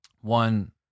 One